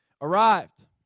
arrived